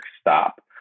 stop